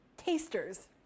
Tasters